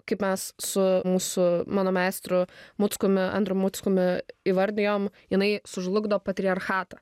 kaip mes su mūsų mano meistru muckumi andrium muckumi įvardijom jinai sužlugdo patriarchatą